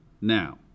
Now